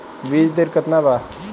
बीज दर केतना बा?